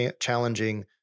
challenging